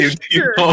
sure